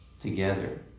together